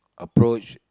approach